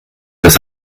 das